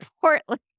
Portland